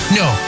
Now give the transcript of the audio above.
no